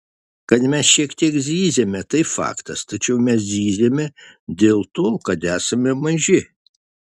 kad mes šiek tiek zyziame tai faktas tačiau mes zyziame dėl to kad esame maži